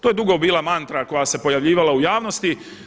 To je dugo bila mantra koja se pojavljivala u javnosti.